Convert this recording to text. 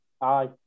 Aye